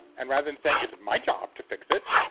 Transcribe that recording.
and rather than saying it's my job to fix it,